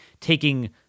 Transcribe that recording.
taking